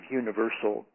universal